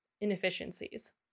inefficiencies